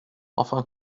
enfin